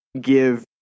give